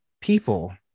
people